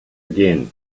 again